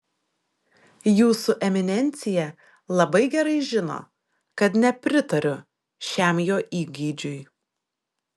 jūsų eminencija labai gerai žino kad nepritariu šiam jo įgeidžiui